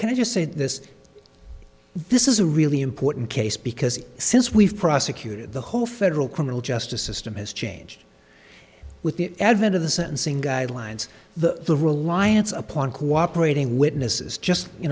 i just say this this is a really important case because since we've prosecuted the whole federal criminal justice system has changed with the advent of the sentencing guidelines the the reliance upon cooperating witnesses just you